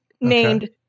named